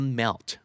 melt